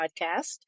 podcast